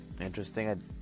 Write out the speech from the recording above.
Interesting